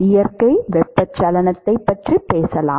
இயற்கை வெப்பச்சலனத்தைப் பற்றி பேசலாம்